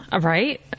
Right